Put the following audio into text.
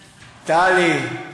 טלי,